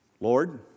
Lord